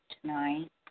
tonight